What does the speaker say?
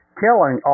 killing